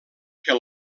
que